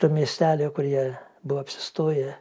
to miestelio kur jie buvo apsistoję